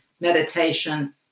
Meditation